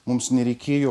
mums nereikėjo